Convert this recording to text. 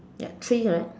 ya three correct